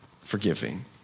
forgiving